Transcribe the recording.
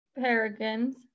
paragons